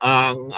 ang